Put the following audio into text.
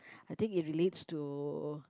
I think it relates to